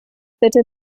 bitte